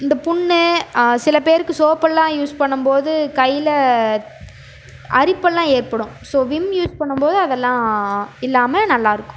இந்த புண்ணு சில பேருக்கு சோப்பெல்லாம் யூஸ் பண்ணும்போது கையில் அரிப்பெல்லாம் ஏற்படும் ஸோ விம் யூஸ் பண்ணம்போது அதெல்லாம் இல்லாமல் நல்லாயிருக்கும்